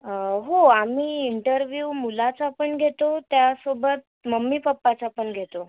हो आम्ही इंटरव्यू मुलाचा पण घेतो त्यासोबत मम्मी पप्पाचा पण घेतो